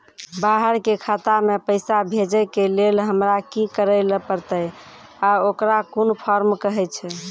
बाहर के खाता मे पैसा भेजै के लेल हमरा की करै ला परतै आ ओकरा कुन फॉर्म कहैय छै?